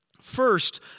First